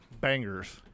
bangers